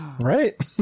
Right